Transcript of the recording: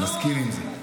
מסכים עם זה.